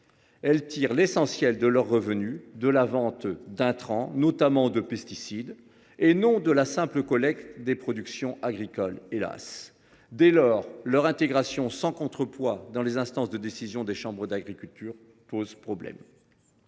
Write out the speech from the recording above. Elles tirent l’essentiel de leurs revenus de la vente d’intrants, notamment de pesticides, et non, hélas ! de la simple collecte des productions agricoles. Dès lors, leur intégration sans contrepoids dans les instances de décision des chambres d’agriculture pose problème.